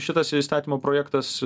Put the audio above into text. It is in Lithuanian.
šitas įstatymo projektas